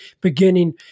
beginning